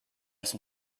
son